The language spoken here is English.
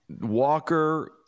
Walker